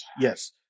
Yes